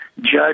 judge